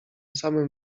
samym